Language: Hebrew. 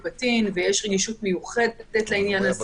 ויש רגישות מיוחדת לתת לעניין,